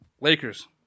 Lakers